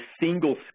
single